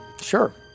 Sure